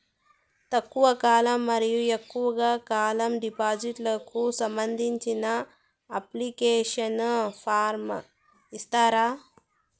తక్కువ కాలం మరియు ఎక్కువగా కాలం డిపాజిట్లు కు సంబంధించిన అప్లికేషన్ ఫార్మ్ ఇస్తారా?